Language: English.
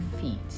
feet